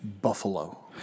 Buffalo